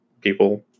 people